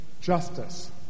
justice